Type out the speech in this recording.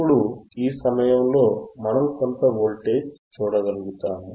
ఇప్పుడు ఈ సమయంలో మనం కొంత వోల్టేజ్ చూడగలుగుతాము